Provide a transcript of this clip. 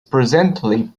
presently